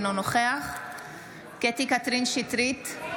אינו נוכח קטי קטרין שטרית,